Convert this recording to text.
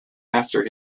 after